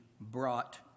brought